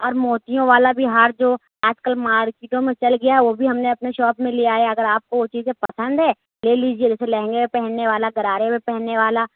اور موتیوں والا بھی ہار جو آج کل مارکیٹوں میں چل گیا وہ بھی ہم نے اپنے شاپ میں لے آیا ہے اگر آپ کو وہ چیزیں پسند ہیں لے لیجیے جیسے لہنگے پہ پہننے والا گرارے پہ پہننے والا